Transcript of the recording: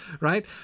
right